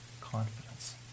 confidence